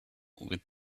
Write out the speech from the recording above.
with